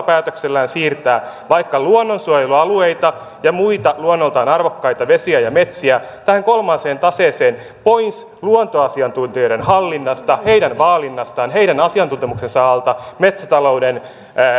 päätöksellään siirtää vaikka luonnonsuojelualueita ja muita luonnoltaan arvokkaita vesiä ja ja metsiä tähän kolmanteen taseeseen pois luontoasiantuntijoiden hallinnasta heidän vaalinnastaan heidän asiantuntemuksensa alta metsätalouden